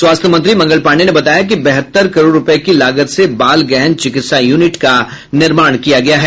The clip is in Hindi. स्वास्थ्य मंत्री मंगल पांडेय ने बताया कि बहत्तर करोड़ रूपये की लागत से बाल गहन चिकित्सा यूनिट का निर्माण किया गया है